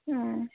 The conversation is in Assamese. অঁ